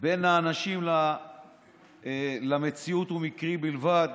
בין האנשים למציאות הוא מקרי בלבד.